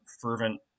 fervent